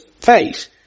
face